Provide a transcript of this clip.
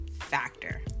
factor